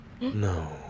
No